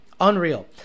unreal